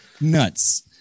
Nuts